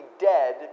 dead